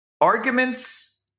arguments